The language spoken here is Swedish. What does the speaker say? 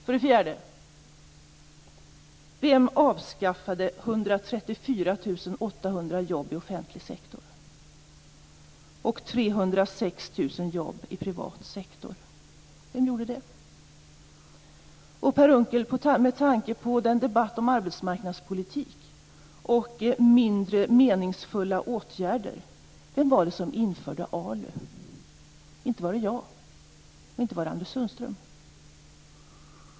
För det fjärde: Vem avskaffade 134 800 jobb inom den offentliga sektorn och 306 000 jobb inom den privata sektorn? Per Unckel, med tanke på debatten om arbetsmarknadspolitik och mindre meningsfulla åtgärder undrar jag: Vem var det som införde ALU? Inte var det jag och inte var det Anders Sundström.